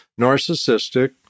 narcissistic